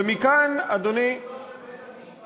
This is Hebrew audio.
ומכאן, אדוני, זה שיקולו של בית-המשפט.